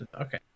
Okay